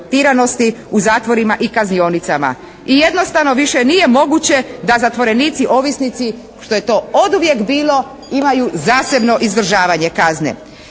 u zatvorima i kaznionicama i jednostavno više nije moguće da zatvorenici ovisnici što je to oduvijek bilo imaju zasebno izdržavanje kazne.